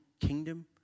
kingdom